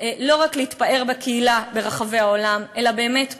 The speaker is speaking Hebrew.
לא רק להתפאר בקהילה ברחבי העולם אלא באמת פה,